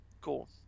Cool